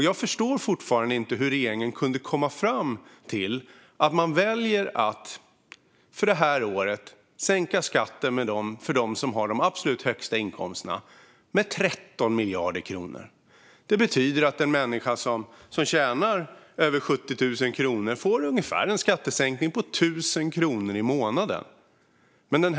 Jag förstår fortfarande inte hur regeringen kunde komma fram till att detta år välja att sänka skatten för dem som har de absolut högsta inkomsterna med 13 miljarder kronor. Det betyder att en människa som tjänar över 70 000 kronor får en skattesänkning på ungefär 1 000 kronor i månaden.